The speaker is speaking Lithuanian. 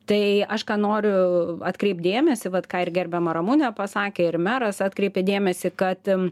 tai aš ką noriu atkreipt dėmesį vat ką ir gerbiama ramunė pasakė ir meras atkreipė dėmesį kad